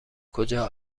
کجا